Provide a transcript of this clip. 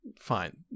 Fine